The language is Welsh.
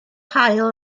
haul